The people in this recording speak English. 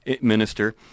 Minister